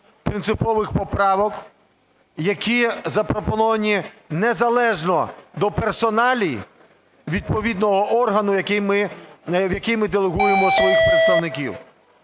принципових поправок, які запропоновані незалежно до персоналій відповідного органу, в який ми делегуємо своїх представників.